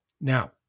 Now